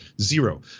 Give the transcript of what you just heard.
Zero